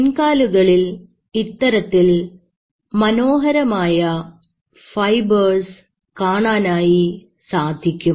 പിൻകാലുകളിൽ ഇത്തരത്തിൽ മനോഹരമായ ഫൈബേർസ് കാണാനായി സാധിക്കും